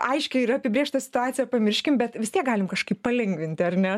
aiškiai yra apibrėžta situacija pamirškim bet vis tiek galim kažkaip palengvinti ar ne